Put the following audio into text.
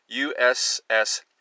USS